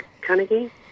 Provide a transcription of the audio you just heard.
Carnegie